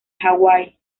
hawái